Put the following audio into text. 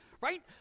right